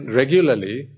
regularly